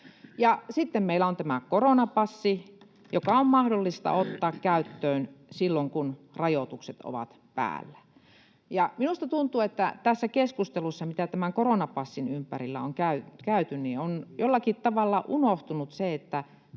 sitten meillä on tämä koronapassi, joka on mahdollista ottaa käyttöön silloin, kun rajoitukset ovat päällä. Minusta tuntuu, että tässä keskustelussa, mitä tämän koronapassin ympärillä on käyty, on jollakin tavalla unohtunut se, että